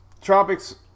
tropics